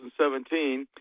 2017